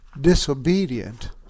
disobedient